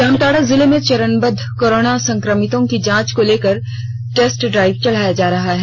जामताड़ा जिले में चरनबद्व कोरोना संक्रमितों की जांच को लेकर टेस्टिंग ड्राइव चलाया जा रहा है